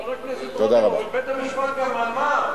חבר הכנסת רותם, אבל בית-המשפט גם אמר,